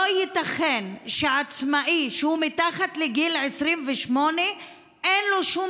לא ייתכן שלעצמאי מתחת לגיל 28 אין שום